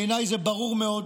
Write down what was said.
בעיניי זה ברור מאוד.